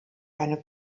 eine